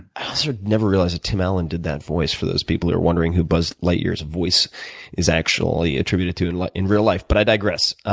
i also never realized that tim allen did that voice for those people who are wondering who buzz lightyear's voice is actually attributed to in like in real life. but i digress.